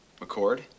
mccord